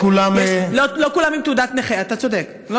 לא כולם, לא כולם עם תעודת נכה, אתה צודק.